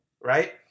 right